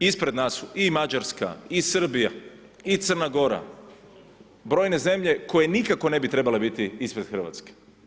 Ispred nas su i Mađarska, i Srbija, i Crna Gora, brojne zemlje koje nikako ne bi trebale biti ispred Hrvatske.